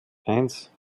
eins